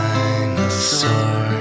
Dinosaur